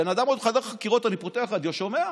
הבן אדם עוד בחדר חקירות, אני פותח רדיו, שומע.